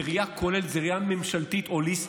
זאת ראייה כוללת, זאת ראייה ממשלתית הוליסטית.